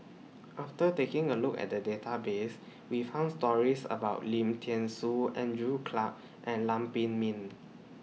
after taking A Look At The Database We found stories about Lim Thean Soo Andrew Clarke and Lam Pin Min